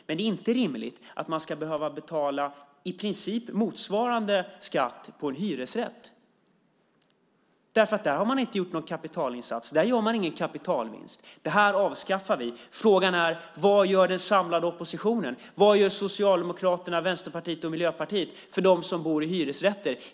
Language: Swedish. Men det är inte rimligt att man ska behöva betala i princip motsvarande skatt på en hyresrätt. Där har man inte gjort någon kapitalinsats. Där gör man ingen kapitalvinst. Det här avskaffar vi. Frågan är: Vad gör den samlade oppositionen? Vad gör Socialdemokraterna, Vänsterpartiet och Miljöpartiet för dem som bor i hyresrätter?